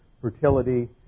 fertility